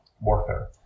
warfare